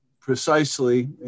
precisely